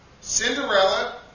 Cinderella